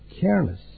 careless